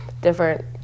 different